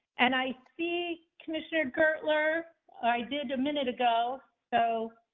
and i see commissioner gertler i did a minute ago so.